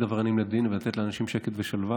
עבריינים לדין ולתת לאנשים שקט ושלווה.